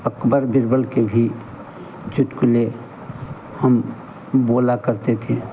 अकबर बिरबल के भी चुटकुले हम बोला करते थे